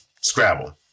Scrabble